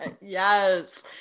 Yes